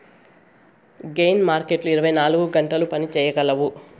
gain మార్కెట్లు ఇరవై నాలుగు గంటలు పని చేయగలవు